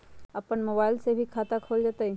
अपन मोबाइल से भी खाता खोल जताईं?